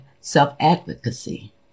self-advocacy